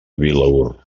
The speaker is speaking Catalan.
vilaür